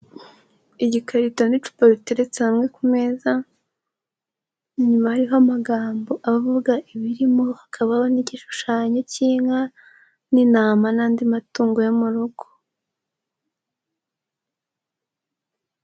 Igikarito n'icupa biteretse hamwe ku meza, inyuma hariho amagambo avuga ibirimo hakabaho n'igishushanyo cy'inka n'intama n'andi matungo yo mu rugo.